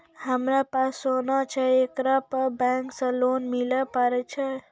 हमारा पास सोना छै येकरा पे बैंक से लोन मिले पारे छै?